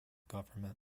government